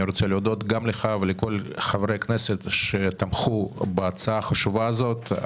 אני רוצה להודות גם לך ולכל חברי הכנסת שתמכו בהצעה החשובה הזאת.